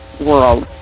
world